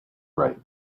right